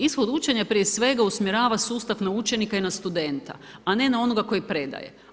Ishod učenja prije svega usmjerava sustav na učenika i na studenta, a ne na onoga koji predaje.